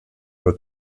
nur